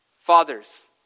Fathers